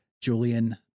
Julian